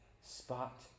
spot